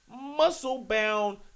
muscle-bound